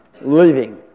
living